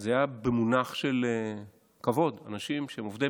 זה היה מונח של כבוד: אנשים שהם עובדי